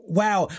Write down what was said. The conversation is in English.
wow